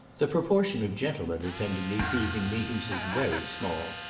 the proportion of gentlemen attending these evening meetings is very small,